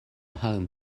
home